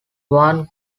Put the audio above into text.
one